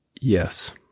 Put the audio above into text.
yes